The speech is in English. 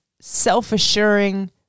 self-assuring